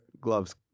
gloves